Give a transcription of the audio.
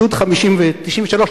גדוד 93,